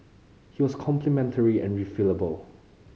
he was complementary and refillable